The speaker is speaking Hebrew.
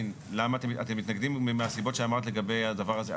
אתם מתנגדים מהסיבות שאמרת לגבי הדבר הזה.